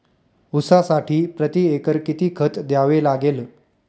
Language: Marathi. ऊसासाठी प्रतिएकर किती खत द्यावे लागेल?